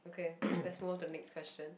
okay let's move on to the next question